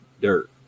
dirt